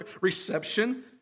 reception